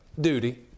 Duty